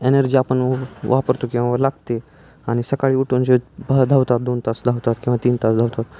energy आपण वापरतो किंवा लागते आणि सकाळी उठून जे धावतात दोन तास धावतात किंवा तीन तास धावतात